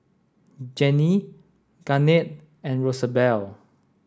Jenni Garnett and Rosabelle